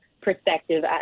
perspective